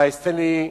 מר סטנלי אורמן,